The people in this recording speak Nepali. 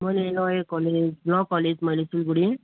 मैले ल ए कलेज ल कलेज मैले सिलगढी